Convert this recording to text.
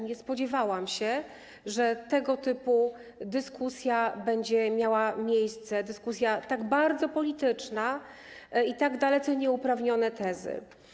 Nie spodziewałam się, że tego typu dyskusja będzie miała miejsce, dyskusja tak bardzo polityczna, w której padały tak dalece nieuprawnione tezy.